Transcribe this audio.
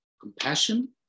Compassion